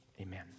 amen